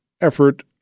effort